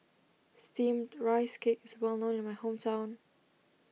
Steamed Rice Cake is well known in my hometown